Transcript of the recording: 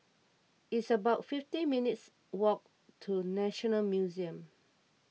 it's about fifty minutes' walk to National Museum